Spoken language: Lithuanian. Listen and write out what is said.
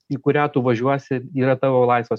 į kurią tu važiuosi yra tavo laisvas